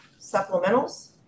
Supplementals